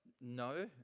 No